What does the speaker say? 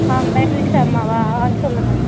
ஆ பெர்லிஸா அம்மாவா ஆ சொல்லுங்க